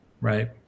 Right